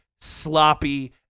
sloppy